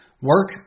Work